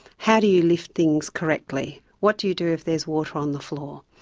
how do you lift things correctly, what do you do if there is water on the floor.